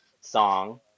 song